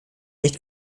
nicht